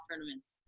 tournaments